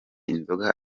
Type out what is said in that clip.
inzoga